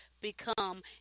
become